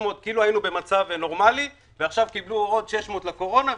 כאילו היינו במצב נורמלי ועכשיו קיבלו עוד 600 מיליון שקל לקורונה,